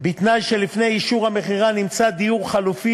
בתנאי שלפני אישור המכירה נמצא דיור חלופי